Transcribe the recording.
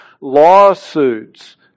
lawsuits